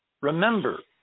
Remember